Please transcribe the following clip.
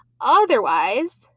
Otherwise